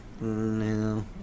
No